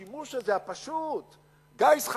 אבל השימוש הזה, פשוט, "גיס חמישי",